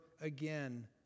again